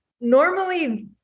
Normally